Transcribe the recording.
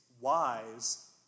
wise